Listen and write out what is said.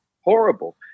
horrible